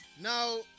Now